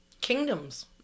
Kingdoms